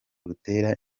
rutera